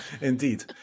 Indeed